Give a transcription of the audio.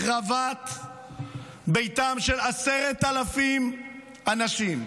החרבת ביתם של 10,000 אנשים,